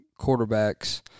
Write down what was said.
quarterbacks